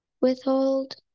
withhold